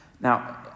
Now